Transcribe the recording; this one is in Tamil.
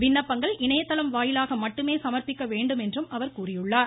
விண்ணப்பங்கள் இணையதளம் வாயிலாக மட்டுமே சமர்ப்பிக்கப்பட வேண்டுமென்றும் அவர் கூறியுள்ளார்